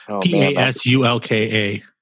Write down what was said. P-A-S-U-L-K-A